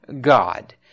God